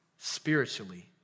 spiritually